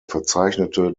verzeichnete